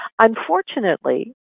Unfortunately